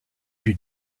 two